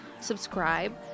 subscribe